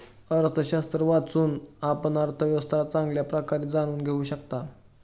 अर्थशास्त्र वाचून, आपण अर्थव्यवस्था चांगल्या प्रकारे जाणून घेऊ शकता